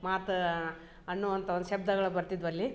ಮಾತು ಅನ್ನುವಂಥ ಒಂದು ಶಬ್ದಗಳು ಬರ್ತಿದ್ವಲ್ಲಿ